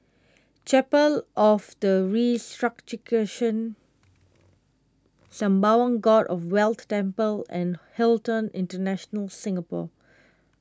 Chapel of the Sembawang God of Wealth Temple and Hilton International Singapore